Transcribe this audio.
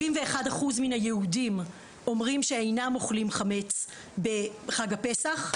71% מהיהודים אומרים שאינם אוכלים חמץ בחג הפסח.